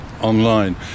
online